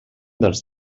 dels